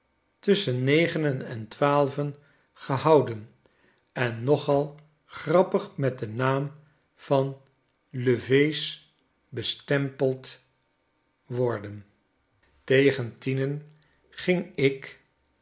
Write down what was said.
tusschen negenen en twaalven gehouden en nogal grappig met den naam van levee's bestempeld worden tegen tienen ging ik